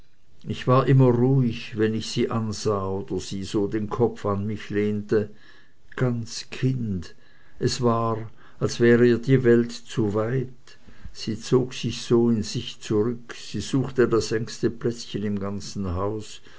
ich war immer ruhig wenn ich sie ansah oder sie so den kopf an mich lehnte ganz kind es war als wär ihr die welt zu weit sie zog sich so in sich zurück sie suchte das engste plätzchen im ganzen haus